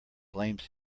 blames